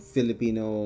Filipino